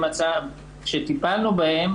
כשטיפלנו בהן,